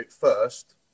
first